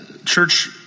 church